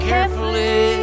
Carefully